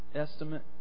Estimate